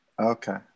Okay